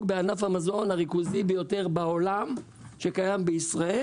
בענף המזון הריכוזי ביותר בעולם שקיים בישראל